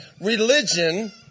religion